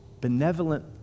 Benevolent